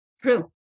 True